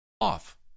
off